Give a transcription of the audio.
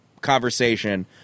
conversation